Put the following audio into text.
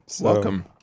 welcome